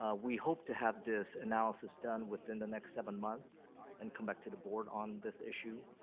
ah we hope to have this analysis done within the next seven months and come back to the board on this issue.